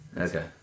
Okay